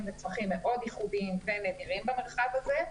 וצמחים מאוד ייחודיים ונדירים במרחב הזה.